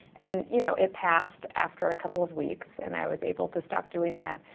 and you know, it passed after a couple of weeks and i was able to stop doing that.